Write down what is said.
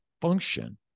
function